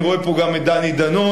אני רואה פה גם את דני דנון,